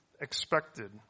expected